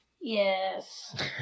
Yes